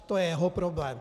To je jeho problém.